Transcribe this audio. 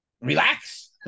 relax